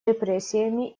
репрессиями